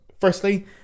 firstly